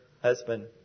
husband